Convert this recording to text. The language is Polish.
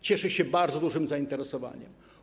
Cieszy się bardzo dużym zainteresowaniem.